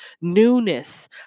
newness